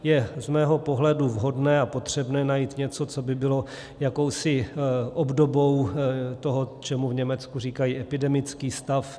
Je z mého pohledu vhodné a potřebné najít něco, co by bylo jakousi obdobou toho, čemu v Německu říkají epidemický stav.